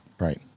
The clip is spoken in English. Right